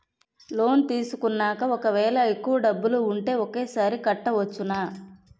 Loan తీసుకున్నాక ఒకవేళ ఎక్కువ డబ్బులు ఉంటే ఒకేసారి కట్టవచ్చున?